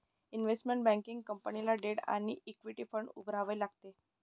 investment banking कंपनीला debt आणि equity fund उभारावे लागतात